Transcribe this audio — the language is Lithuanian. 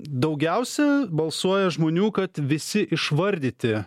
daugiausia balsuoja žmonių kad visi išvardyti